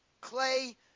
clay